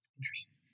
Interesting